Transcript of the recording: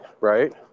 right